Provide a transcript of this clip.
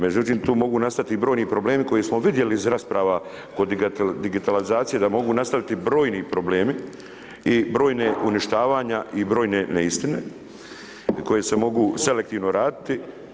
Međutim, tu mogu nastati brojni problemi koje smo vidjeli iz rasprava kod digitalizacija, da mogu nastati brojni problemi i brojna uništavanja i brojne neistine koje se mogu selektivno raditi.